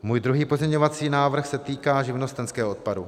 Můj druhý pozměňovací návrh se týká živnostenského odpadu.